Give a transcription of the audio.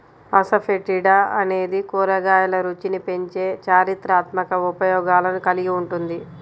asafoetida అనేది కూరగాయల రుచిని పెంచే చారిత్రాత్మక ఉపయోగాలను కలిగి ఉంటుంది